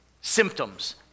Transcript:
symptoms